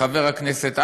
חבר הכנסת אשר,